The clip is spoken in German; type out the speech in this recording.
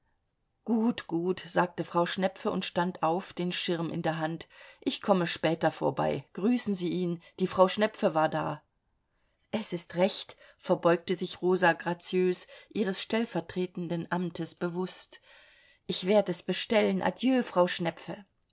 gut gut sagte frau schnepfe und stand auf den schirm in der hand ich komme später vorbei grüßen sie ihn die frau schnepfe war da es ist recht verbeugte sich rosa graziös ihres stellvertretenden amtes bewußt ich werd es bestellen adieu frau schnepfe